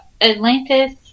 Atlantis